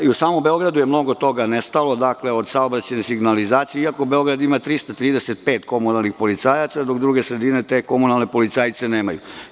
U samom Beogradu je mnogo toga nestalo od saobraćajne signalizacije, iako Beograd ima 335 komunalnih policajaca, dok druge sredine te komunalne policajce nemaju.